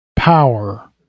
Power